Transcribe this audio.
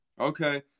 Okay